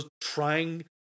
trying